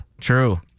True